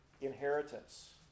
inheritance